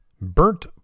Burnt